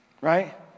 right